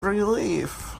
relief